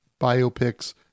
biopics